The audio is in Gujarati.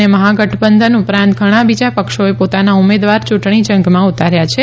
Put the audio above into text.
અને મહાગઠબંધન ઉપરાંત ઘણાં બીજા પક્ષોએ પોતાના ઉમેદવાર ચૂંટણીજંગમાં ઉતાર્યા છે